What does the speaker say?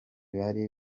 bari